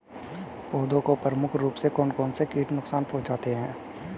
पौधों को प्रमुख रूप से कौन कौन से कीट नुकसान पहुंचाते हैं?